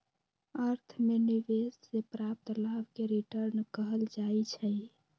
अर्थ में निवेश से प्राप्त लाभ के रिटर्न कहल जाइ छइ